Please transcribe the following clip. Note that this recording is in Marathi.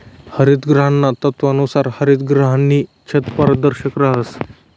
हरितगृहाना तत्वानुसार हरितगृहनी छत पारदर्शक रहास